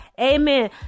Amen